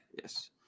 Yes